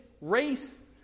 race